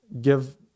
give